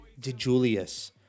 DeJulius